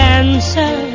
answer